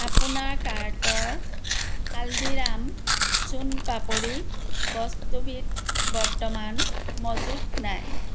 আপোনাৰ কাৰ্টৰ হালদিৰাম চোন পাপৰি বস্তুবিধ বৰ্তমান মজুত নাই